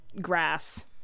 grass